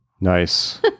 Nice